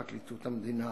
פרקליטות המדינה,